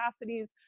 capacities